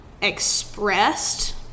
expressed